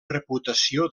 reputació